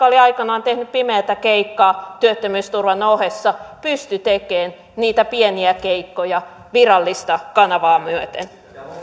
olivat aikanaan tehneet pimeää keikkaa työttömyysturvan ohessa pystyivät tekemään niitä pieniä keikkoja virallista kanavaa myöten